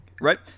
Right